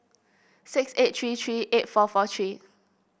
six eight three three eight four four three